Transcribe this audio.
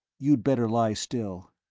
you'd better lie still.